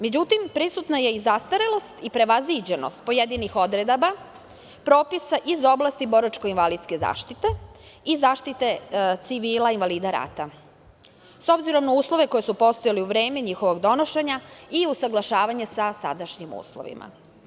Međutim, prisutna je i zastarelost i prevaziđenost pojedinih odredaba, propisa iz oblasti boračko-invalidske zaštite i zaštite civila invalida rata, s obzirom na uslove koji su postojali u vreme njihovog donošenja i usaglašavanja sa sadašnjim uslovima.